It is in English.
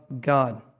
God